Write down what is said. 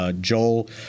Joel